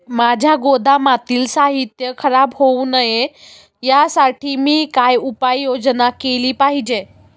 माझ्या गोदामातील साहित्य खराब होऊ नये यासाठी मी काय उपाय योजना केली पाहिजे?